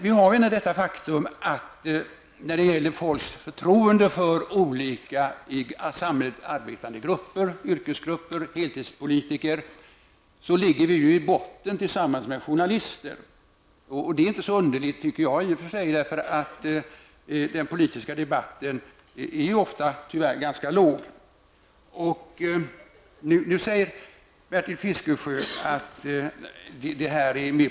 Det är dock ett faktum att när det gäller folks förtroende för olika i samhället arbetande grupper och heltidspolitiker, ligger politikerna i botten tillsammans med journalister. I och för sig är inte det så underligt. Den politiska debatten ligger tyvärr ofta på en ganska låg nivå. Bertil Fiskesjö talade om populism.